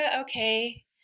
okay